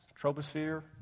troposphere